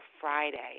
Friday